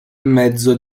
mezzo